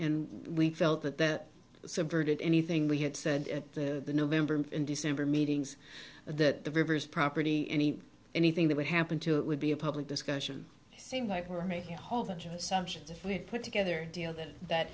and we felt that that subverted anything we had said at the november and december meetings that the river's property any anything that would happen to it would be a public discussion seems like we're making a whole bunch of assumptions if we put together a deal that